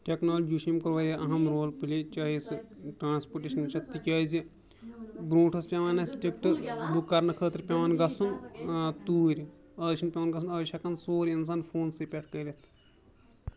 technology یُس چھِ أمۍ کوٚر واریاہ اہم رول پٕلے چاہے سُہ ٹرٛانسپوٹیشَن چھِ تِکیٛازِ برونٛٹھ ٲس پیٚوان اَسہِ ٹِکٹہٕ بُک کَرنہٕ خٲطرٕ پیٚوان گژھُن توٗرۍ اَز چھِنہٕ پیٚوان گژھُن اَز چھِ ہیٚکان سورُے اِنسان فونسٕے پٮ۪ٹھ کٔرِتھ